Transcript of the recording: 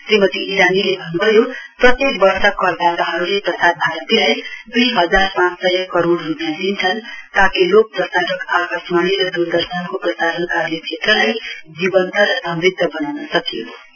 श्रीमती इरानीले भन्नु भयो प्रत्येक वर्ष करदाताले प्रसार भारतीलाई दुई हजार पाँच सय करोड रूपियाँ दिन्छन् ताकि लोकप्रसारक आकाशवाणी र द्रदर्शनको प्रसारण कार्यक्षेत्रलाई जीवन्त र समृद्ध बनाउन सकियोस्